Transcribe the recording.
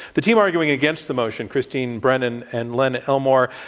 the team arguing against the motion, christine brennan and len elmore,